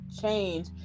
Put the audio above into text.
change